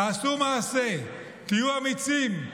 תעשו מעשה, תהיו אמיצים.